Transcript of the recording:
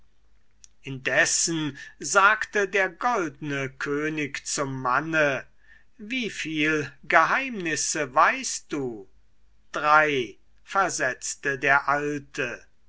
indessen sagte der goldne könig zum manne wieviel geheimnisse weißt du drei versetzte der alte